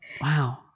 Wow